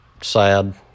sad